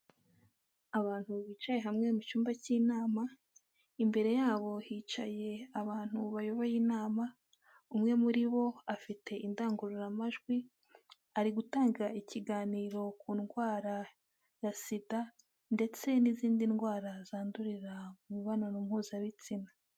Abantu bicaye hamwe mu cyumba cy'inama, imbere yabo hicaye abantu bayoboye inama, umwe muri bo afite indangururamajwi ari gutanga ikiganiro ku ndwara ya SIDA ndetse n'izindi ndwara zandurira mu mibonano mpuzabitsina.